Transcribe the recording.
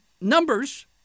numbers